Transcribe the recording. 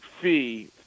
fee